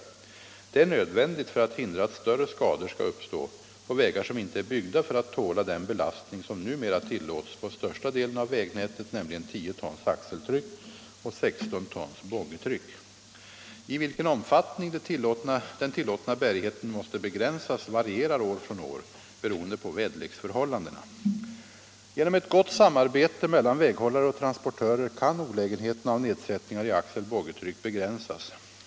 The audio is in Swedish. Detta är nödvändigt för att hindra att större skador skall uppstå på vägar som inte är byggda för att tåla den belastning som numera tillåts på största delen av vägnätet, nämligen 10 tons axeltryck och 16 tons boggitryck. Den omfattning i vilken den tillåtna bärigheten måste begränsas varierar år från år beroende på väderleksförhållandena. Genom ett gott samarbete mellan väghållare och transportörer kan olägenheterna av nedsättningar i axel-/boggitryck begränsas.